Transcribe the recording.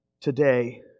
today